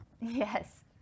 Yes